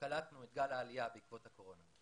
קלטנו את גל העלייה בעקבות הקורונה.